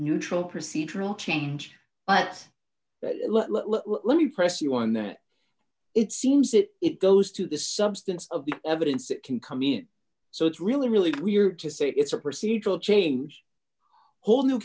neutral procedural change but let me press you on that it seems that it goes to the substance of the evidence that can come in so it's really really weird to say it's a procedural change whole new